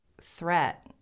threat